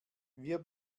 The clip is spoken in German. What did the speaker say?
wir